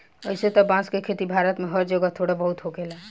अइसे त बांस के खेती भारत में हर जगह थोड़ा बहुत होखेला